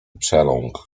przeląkł